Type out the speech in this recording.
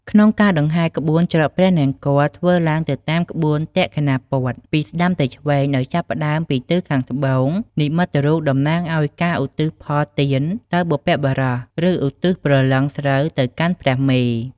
ក្នុងការដង្ហែរក្បួនច្រត់ព្រះនង្គ័លធ្វើឡើងទៅតាមក្បួនទក្ខិណាព័ទ្ធ ពីស្ដាំទៅឆ្វេង ដោយចាប់ផ្ដើមពីទិសខាងត្បូង និមិត្តរូបតំណាងឱ្យការឧទ្ទិសផលទានទៅបុព្វបុរស ឬ ឧទ្ទិសព្រលឹងស្រូវទៅកាន់ព្រះមេ។